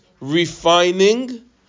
refining